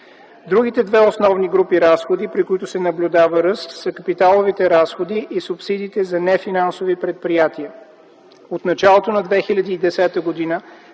Другите две основни групи разходи, при които се наблюдава ръст, са капиталовите разходи и субсидиите за нефинансови предприятия. От началото на 2010 г.